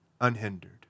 unhindered